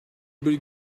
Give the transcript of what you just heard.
bir